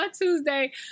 tuesday